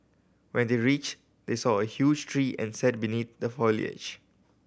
when they reached they saw a huge tree and sat beneath the foliage